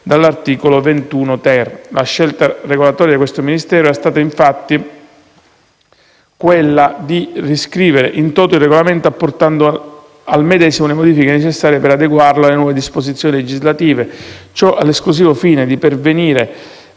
dall'articolo 21-*ter*. La scelta regolatoria di questo Ministero era stata, infatti, quella di riscrivere *in toto* il regolamento, apportando al medesimo le modifiche necessarie per adeguarlo alle nuove disposizioni legislative: ciò all'esclusivo fine di pervenire